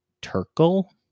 Turkle